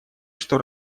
что